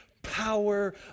power